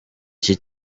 iki